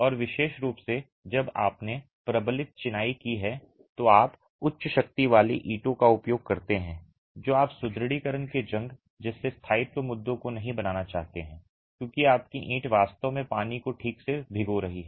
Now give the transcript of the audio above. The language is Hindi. और विशेष रूप से जब आपने प्रबलित चिनाई की है तो आप उच्च शक्ति वाली ईंटों का उपयोग करते हैं जो आप सुदृढीकरण के जंग जैसे स्थायित्व मुद्दों को नहीं बनाना चाहते हैं क्योंकि आपकी ईंट वास्तव में पानी को ठीक से भिगो रही है